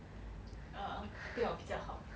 err 不要比较好